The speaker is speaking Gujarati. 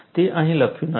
તે અહીં લખ્યું નથી